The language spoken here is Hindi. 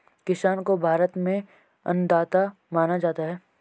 किसान को भारत में अन्नदाता माना जाता है